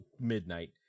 midnight